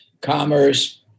commerce